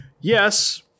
Yes